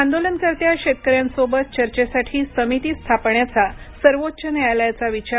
आंदोलनकर्त्या शेतकऱ्यांसोबत चर्चेसाठी समिती स्थापण्याचा सर्वोच्च न्यायालयाचा विचार